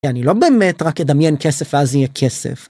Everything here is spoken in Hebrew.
אני לא באמת רק אדמיין כסף ואז יהיה כסף.